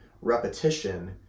repetition